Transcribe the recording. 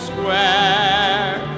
Square